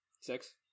Six